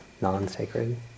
non-sacred